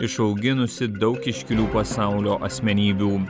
išauginusi daug iškilių pasaulio asmenybių